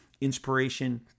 inspiration